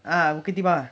ah bukit timah